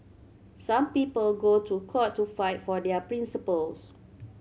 some people go to court to fight for their principles